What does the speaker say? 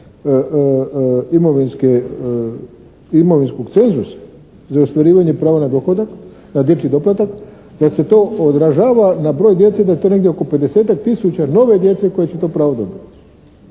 imovinskog cenzusa za ostvarivanje prava na dohodak, na dječji doplatak da se to odražava na broj djece, da je to negdje oko 50.-tak tisuća nove djece koja će to pravo dobiti.